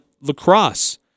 lacrosse